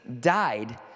died